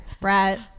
brett